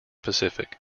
pacific